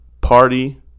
party